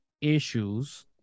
issues